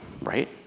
right